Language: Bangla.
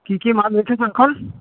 কী কী মাল রেখেছ এখন